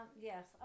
Yes